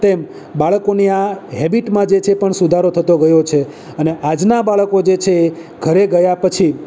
તેમ બાળકોની આ હેબિટમાં જે છે એ સુધારો થતો ગયો છે અને આજના બાળકો જે છે એ ઘરે ગયા પછી